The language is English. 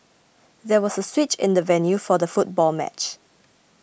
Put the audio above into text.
there was a switch in the venue for the football match